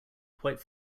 quite